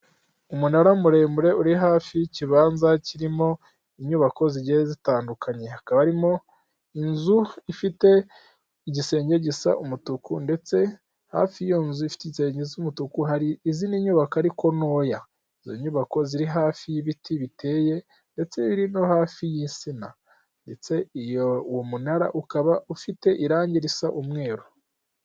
Umunara muremure uri hafi y'ikibanza kirimo inyubako zigiye zitandukanye, hakaba haririmo inzu ifite igisenge gisa umutuku ndetse hafi y'iyo nzuifite igisenge gisa umutuku hari izindi nyubako ariko ntoya, izo nyubako ziri hafi y'ibiti biteye ndetse biri no hafi y'insina ndetse uwo munara ukaba ufite irangi risa umweru.